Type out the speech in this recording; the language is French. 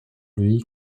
lui